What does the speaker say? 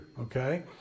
okay